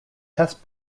test